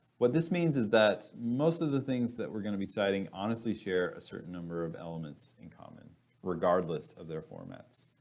what this means is that most of the things that we're going to be citing honestly share a certain number of elements in common regardless of their formats.